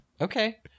Okay